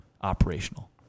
operational